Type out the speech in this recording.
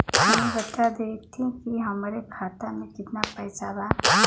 तनि बता देती की हमरे खाता में कितना पैसा बा?